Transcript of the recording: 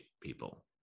people